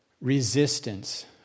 resistance